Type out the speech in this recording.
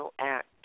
act